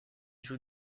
joue